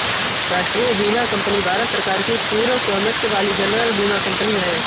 राष्ट्रीय बीमा कंपनी भारत सरकार की पूर्ण स्वामित्व वाली जनरल बीमा कंपनी है